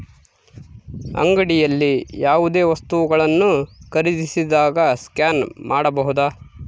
ಅಂಗಡಿಯಲ್ಲಿ ಯಾವುದೇ ವಸ್ತುಗಳನ್ನು ಖರೇದಿಸಿದಾಗ ಸ್ಕ್ಯಾನ್ ಮಾಡಬಹುದಾ?